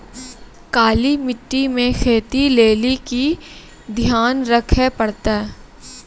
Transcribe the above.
काली मिट्टी मे खेती लेली की ध्यान रखे परतै?